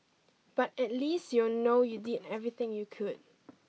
but at least you'll know you did everything you could